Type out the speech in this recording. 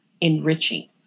enriching